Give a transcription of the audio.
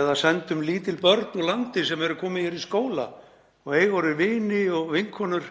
eða sendum lítil börn úr landi sem eru komin í skóla og eiga orðið vini og vinkonur